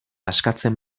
askatzen